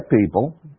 people